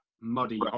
muddy